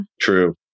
True